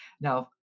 Now